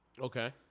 Okay